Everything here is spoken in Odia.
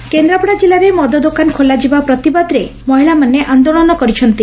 ଆନୋଳନ କେନ୍ଦ୍ରାପଡ଼ା କିଲ୍ଲାରେ ମଦ ଦୋକାନ ଖୋଲାଯିବା ପ୍ରତିବାଦରେ ମହିଳାମାନେ ଆନ୍ଦୋଳନ କରିଛନ୍ତି